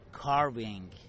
carving